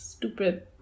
stupid